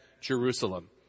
Jerusalem